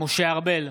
משה ארבל,